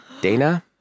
Dana